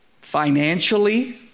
financially